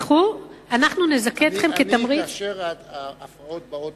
כאשר ההפרעות באות